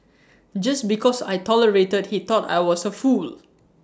just because I tolerated he thought I was A fool